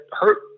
hurt